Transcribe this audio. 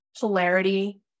polarity